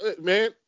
man